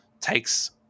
takes